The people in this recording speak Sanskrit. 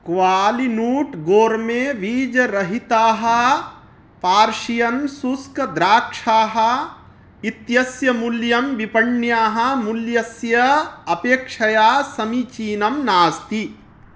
क्वालिनूट् गोर्मे बीजरहिताः पार्शियन् सूष्कद्राक्षाः इत्यस्य मूल्यं विपण्याः मूल्यस्य अपेक्षया समीचीनं नास्ति